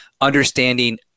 understanding